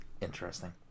interesting